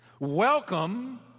Welcome